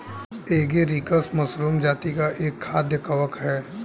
agaricus mushroom जाती का एक खाद्य कवक है